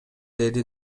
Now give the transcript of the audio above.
деди